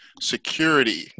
security